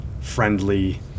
friendly